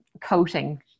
coating